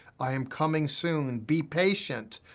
i am coming soon. be patient,